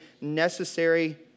necessary